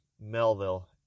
Melville